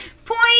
point